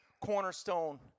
cornerstone